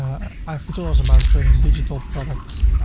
i have tutorials about creating digital products.